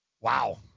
Wow